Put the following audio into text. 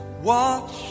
watch